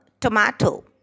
tomato